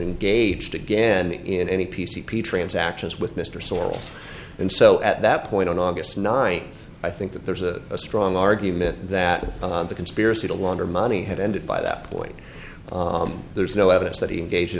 engaged again in any p c p transactions with mr sorrels and so at that point on august ninth i think that there's a strong argument that the conspiracy to launder money had ended by that point there's no evidence that he engaged in